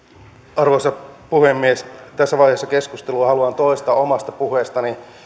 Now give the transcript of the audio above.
arvoisa puhemies tässä vaiheessa keskustelua haluan toistaa omasta puheestani